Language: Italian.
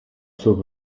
suo